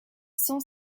sans